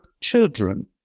children